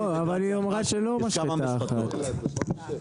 זה לא משחטה אחת,